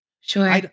Sure